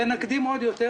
ונקדים עוד יותר